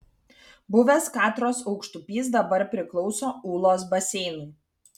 buvęs katros aukštupys dabar priklauso ūlos baseinui